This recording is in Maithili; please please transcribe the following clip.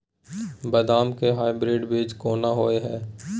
बदाम के हाइब्रिड बीज कोन होय है?